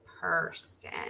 person